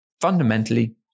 fundamentally